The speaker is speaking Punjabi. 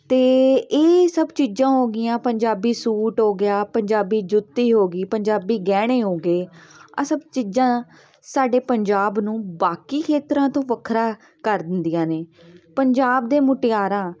ਅਤੇ ਇਹ ਸਭ ਚੀਜ਼ਾਂ ਹੋ ਗਈਆਂ ਪੰਜਾਬੀ ਸੂਟ ਹੋ ਗਿਆ ਪੰਜਾਬੀ ਜੁੱਤੀ ਹੋ ਗਈ ਪੰਜਾਬੀ ਗਹਿਣੇ ਹੋ ਗਏ ਆ ਸਭ ਚੀਜ਼ਾਂ ਸਾਡੇ ਪੰਜਾਬ ਨੂੰ ਬਾਕੀ ਖੇਤਰਾਂ ਤੋਂ ਵੱਖਰਾ ਕਰ ਦਿੰਦੀਆਂ ਨੇ ਪੰਜਾਬ ਦੇ ਮੁਟਿਆਰਾਂ